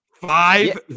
Five